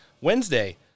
Wednesday